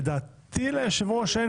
לדעתי, ליושב ראש אין